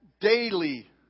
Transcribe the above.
daily